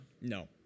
No